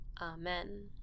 Amen